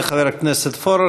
תודה לחבר הכנסת פורר.